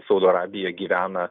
saudo arabija gyvena